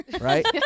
Right